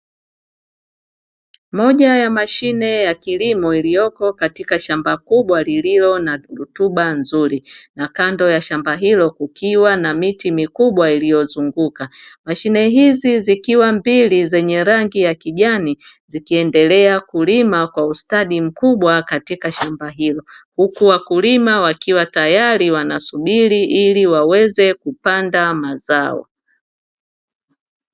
Moja ya mashine ya kilimo iliyoko katika shamba kubwa lililo na rutuba nzuri, na kando ya shamba hilo kukiwa na miti mikubwa iliyozunguka. Mashine hizi zikiwa mbili zenye rangi ya kijani, zikiendelea kulima kwa ustadi mkubwa katika shamba hilo; huku wakulima wakiwa tayari wanasubiri ili waweze kupanda mazao.